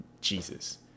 Jesus